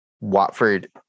Watford